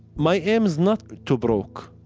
my aim is not to broke.